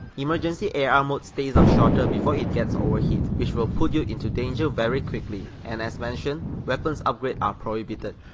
emergency ar ah mode stays up shorter before it gets overheat which will put you into danger very quickly, and as mentioned, weapons upgrade are prohibited.